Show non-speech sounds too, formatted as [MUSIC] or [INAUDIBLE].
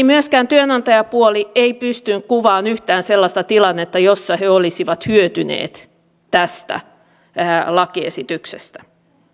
[UNINTELLIGIBLE] myöskään työnantajapuoli ei pystynyt kuvaamaan yhtään sellaista tilannetta jossa he olisivat hyötyneet tästä lakiesityksestä